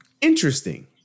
Interesting